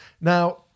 now